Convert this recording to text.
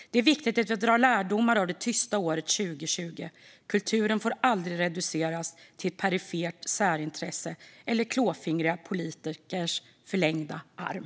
Det är viktigt att vi drar lärdomar av det tysta året 2020. Kulturen får aldrig reduceras till ett perifert särintresse eller klåfingriga politikers förlängda arm.